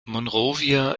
monrovia